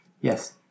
Yes